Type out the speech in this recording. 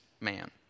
man